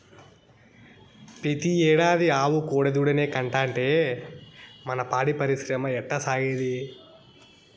పెతీ ఏడాది ఆవు కోడెదూడనే కంటాంటే మన పాడి పరిశ్రమ ఎట్టాసాగేది